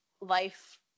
life